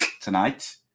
tonight